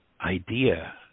idea